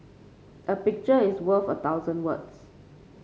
a picture is worth a thousand words